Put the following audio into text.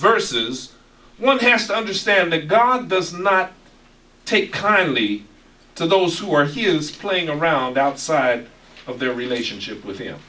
verses one has to understand that god does not take kindly to those who are he is playing around outside of their relationship with him